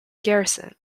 garrison